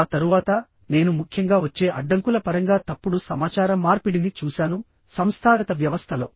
ఆ తరువాత నేను ముఖ్యంగా వచ్చే అడ్డంకుల పరంగా తప్పుడు సమాచార మార్పిడిని చూశాను సంస్థాగత వ్యవస్థలో